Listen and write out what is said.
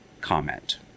comment